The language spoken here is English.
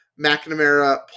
McNamara